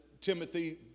Timothy